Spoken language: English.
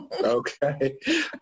Okay